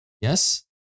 Yes